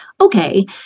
okay